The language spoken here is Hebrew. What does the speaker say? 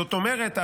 זאת אומרת,